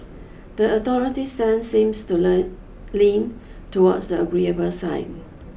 the authorities' stance seems to learn lean towards the agreeable side